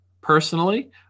personally